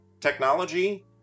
technology